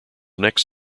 next